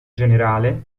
generale